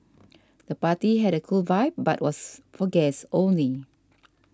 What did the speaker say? the party had a cool vibe but was for guests only